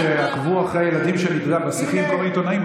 אחרי שעקבו אחרי הילדים שלי בשיחים כל מיני עיתונאים,